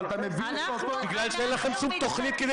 אבל אתה מבין --- בגלל שאין לכם שום תוכנית כדי